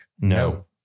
No